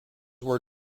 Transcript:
were